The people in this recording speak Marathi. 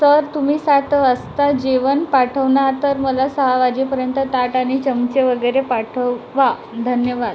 सर तुम्ही सात वाजता जेवण पाठवणार तर मला सहा वाजेपर्यंत ताट आणि चमचे वगैरे पाठवा धन्यवाद